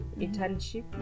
internship